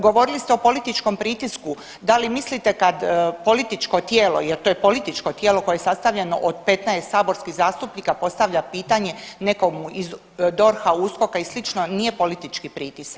Govorili ste o političkom pritisku, da li mislite kad političko tijelo jer to je političko tijelo koje je sastavljeno od 15 saborskih zastupnika postavlja pitanje nekomu iz DORH-a, USKOK-a i sl. nije politički pritisak?